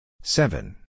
seven